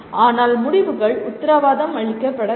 ஆனால் முடிவுகள் உத்தரவாதம் அளிக்கப்படவில்லை